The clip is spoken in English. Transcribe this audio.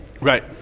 Right